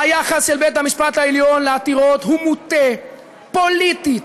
היחס של בית-המשפט העליון לעתירות הוא מוטה פוליטית,